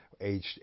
aged